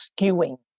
skewing